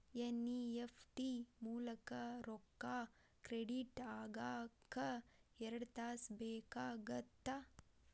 NEFT ಮೂಲಕ ರೊಕ್ಕಾ credit ಆಗಾಕ ಎರಡ್ ತಾಸ ಬೇಕಾಗತ್ತಾ